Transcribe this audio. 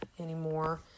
anymore